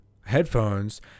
headphones